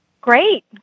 Great